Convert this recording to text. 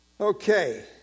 Okay